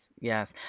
Yes